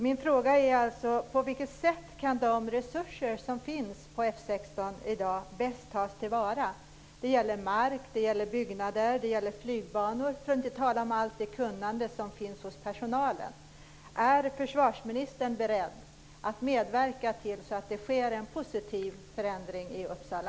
Min fråga är alltså: På vilket sätt kan de resurser som finns på F 16 i dag bäst tas till vara? Det gäller mark, byggnader, flygbanor och för att inte tala om allt det kunnande som finns hos personalen. Är försvarsministern beredd att medverka till att det sker en positiv förändring i Uppsala?